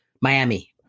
Miami